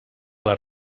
les